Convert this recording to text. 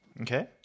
Okay